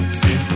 see